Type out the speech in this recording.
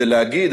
זה להגיד,